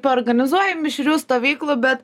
paorganizuoju mišrių stovyklų bet